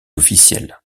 officielle